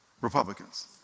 Republicans